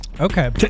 Okay